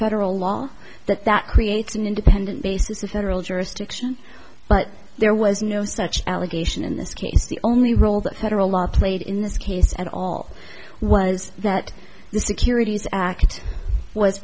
federal law that that creates an independent basis of federal jurisdiction but there was no such allegation in this case the only role that had or a lot played in this case at all was that the securities act was